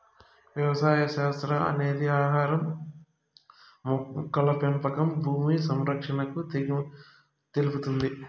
వ్యవసాయ శాస్త్రం అనేది ఆహారం, మొక్కల పెంపకం భూమి సంరక్షణను తెలుపుతుంది